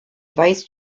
vice